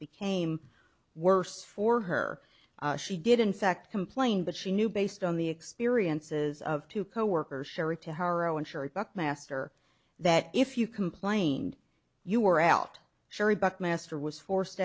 became worse for her she did in fact complain but she knew based on the experiences of two coworkers sherry to heroin sherry buckmaster that if you complained you were out sherry buckmaster was forced